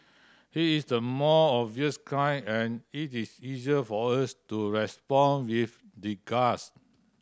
he is the more obvious kind and it is easy for us to respond with disgust